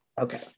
Okay